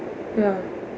ya